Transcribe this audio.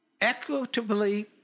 equitably